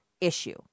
issue